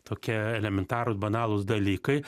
tokie elementarūs banalūs dalykai